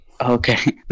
Okay